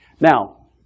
now